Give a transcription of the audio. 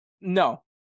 No